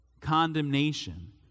condemnation